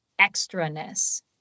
extraness